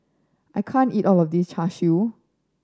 I can't eat all of this Char Siu